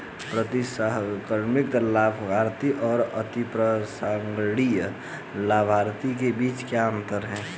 प्रतिसंहरणीय लाभार्थी और अप्रतिसंहरणीय लाभार्थी के बीच क्या अंतर है?